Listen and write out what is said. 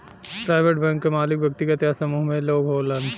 private bank क मालिक व्यक्तिगत या समूह में लोग होलन